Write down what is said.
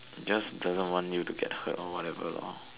just doesn't want you to get hurt or whatever lor